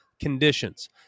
conditions